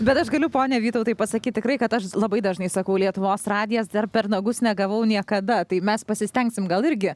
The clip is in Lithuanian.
bet aš galiu pone vytautai pasakyt tikrai kad aš labai dažnai sakau lietuvos radijas dar per nagus negavau niekada tai mes pasistengsim gal irgi